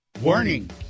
Warning